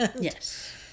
Yes